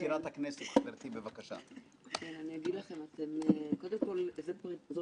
להעלות את קרנה של הכנסת ולהחזיר את הכנסת לפעול גם כגוף מפקח.